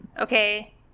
okay